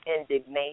indignation